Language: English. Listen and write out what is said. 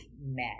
met